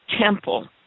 temple